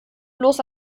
bloß